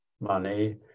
money